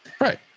right